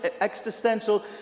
existential